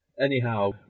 Anyhow